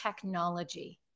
technology